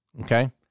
okay